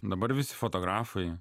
dabar visi fotografai